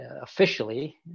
officially